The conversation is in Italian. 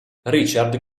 richard